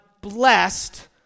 blessed